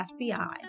FBI